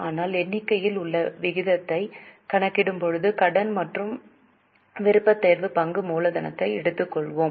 ஆனால் எண்ணிக்கையில் உள்ள விகிதத்தைக் கணக்கிடும்போது கடன் மற்றும் விருப்பத்தேர்வு பங்கு மூலதனத்தை எடுத்துக்கொள்கிறோம்